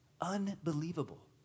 unbelievable